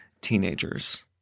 teenagers